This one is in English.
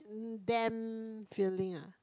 damp feeling ah